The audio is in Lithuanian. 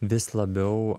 vis labiau